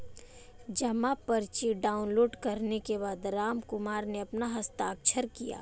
जमा पर्ची डाउनलोड करने के बाद रामकुमार ने अपना हस्ताक्षर किया